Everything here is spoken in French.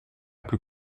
plus